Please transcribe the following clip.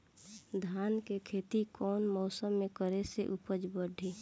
धान के खेती कौन मौसम में करे से उपज बढ़ी?